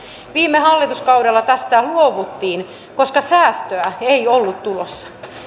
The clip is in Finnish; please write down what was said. viime hallituskaudella tästä luovuttiin koska säästöä ei ollut tulossa